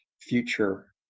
future